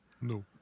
No